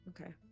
Okay